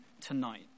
tonight